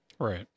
right